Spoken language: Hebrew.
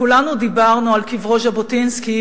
כולנו דיברנו על קברו ז'בוטינסקי,